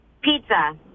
Pizza